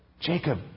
Jacob